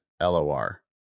LOR